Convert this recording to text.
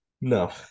No